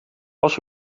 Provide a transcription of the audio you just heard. als